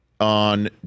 on